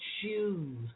shoes